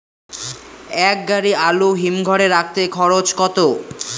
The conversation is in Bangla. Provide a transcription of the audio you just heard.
এক গাড়ি আলু হিমঘরে রাখতে খরচ কত?